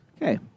Okay